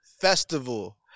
festival